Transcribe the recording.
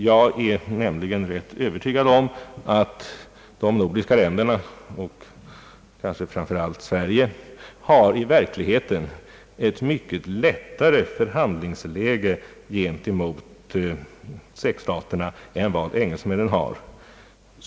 Jag är nämligen rätt övertygad om att de nordiska länderna och kanske framför allt Sverige i verkligheten har ett mycket lättare förhandlingsläge gentemot sex-staterna än vad engelsmännen har.